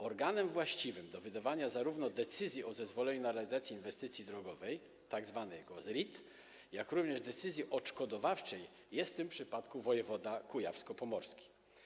Organem właściwym do wydawania zarówno decyzji o zezwoleniu na realizację inwestycji drogowej tzw. ZRID, jak również decyzji odszkodowawczej jest w tym przypadku wojewoda kujawsko-pomorski.